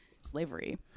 slavery